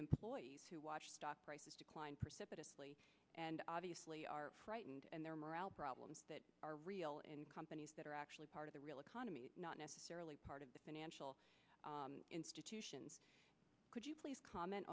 employees who watch stock prices decline and obviously are frightened and their morale problems that are real in companies that are actually part of the real economy not necessarily part of the financial institutions could you please comment